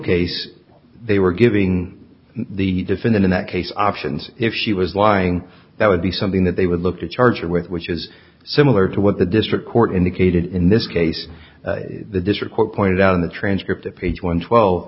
case they were giving the defendant in that case options if she was lying that would be something that they would look to charge her with which is similar to what the district court indicated in this case the district court pointed out in the transcript at page one twelve